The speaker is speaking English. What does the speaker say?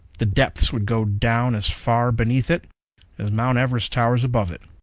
the depths would go down as far beneath it as mount everest towers above it.